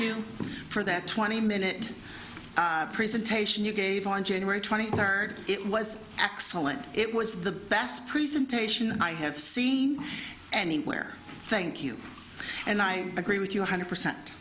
you for that twenty minute presentation you gave on january twenty third it was excellent it was the best present ation i have seen anywhere thank you and i agree with you one hundred percent